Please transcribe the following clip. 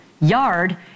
Yard